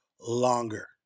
longer